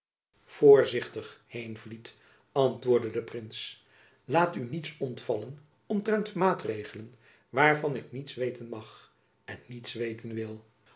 voorzichtig heenvliet antwoordde de prins laat u niets ontvallen omtrent maatregelen waarvan ik niets weten mag en niets weten wil